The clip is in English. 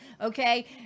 Okay